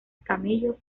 camellos